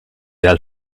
dal